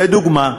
לדוגמה,